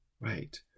right